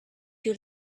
you